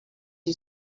you